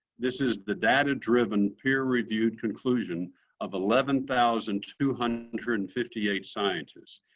this is the data-driven, peer-reviewed conclusion of eleven thousand two hundred and fifty eight scientists.